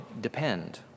depend